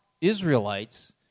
Israelites